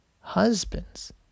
husbands